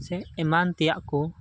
ᱥᱮ ᱮᱢᱟᱱ ᱛᱮᱭᱟᱜ ᱠᱚ